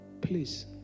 please